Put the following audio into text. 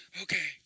Okay